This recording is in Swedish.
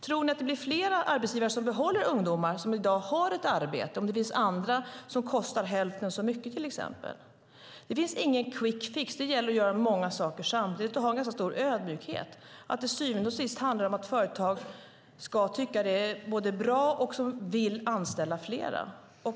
Tror ni att det blir fler arbetsgivare som behåller ungdomar som i dag har ett arbete om det finns andra som kostar hälften så mycket, till exempel? Det finns ingen quick fix. Det gäller att göra många saker samtidigt och ha en ganska stor ödmjukhet. Till syvende och sist handlar det om att företag ska tycka att det är bra och vilja anställa fler.